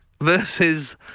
versus